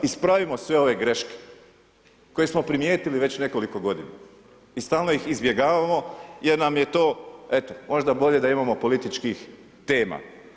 Ispravimo sve ove greške koji smo primijetili već nekoliko godina i stalno ih izbjegavamo jer nam je to eto, možda bolje da imamo političkih tema.